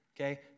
okay